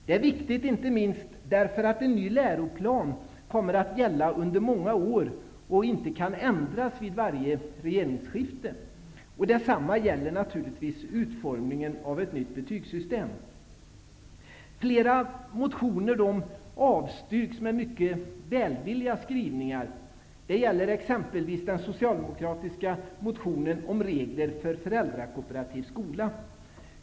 Det är viktigt inte minst därför att en ny läroplan kommer att gälla under många år och inte kan ändras vid varje regeringsskifte. Detsamma gäller naturligtvis utformningen av ett nytt betygssystem. Flera motioner avstyrks, men med mycket välvilliga skrivningar. Det gäller exempelvis den socialdemokratiska motionen om regler för föräldrakooperativ skola.